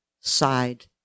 side